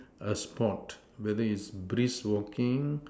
a sport whether it's brisk walking